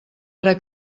ara